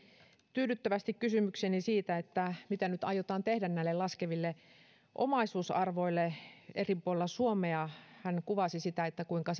tyydyttävästi kysymykseeni siitä mitä nyt aiotaan tehdä näille laskeville omaisuusarvoille eri puolilla suomea hän kuvasi sitä kuinka